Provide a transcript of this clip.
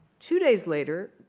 two days later,